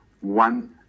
one